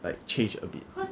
like change a bit